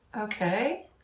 Okay